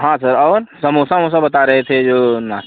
हाँ सर और समोसा ओमोसा बता रहे थे जो ना